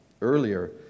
earlier